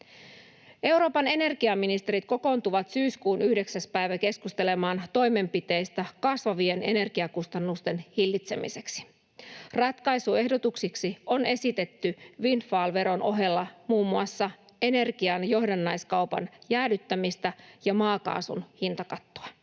Euroopan energiaministerit kokoontuvat syyskuun 9. päivä keskustelemaan toimenpiteistä kasvavien energiakustannusten hillitsemiseksi. Ratkaisuehdotuksiksi on esitetty windfall-veron ohella muun muassa energian johdannaiskaupan jäädyttämistä ja maakaasun hintakattoa.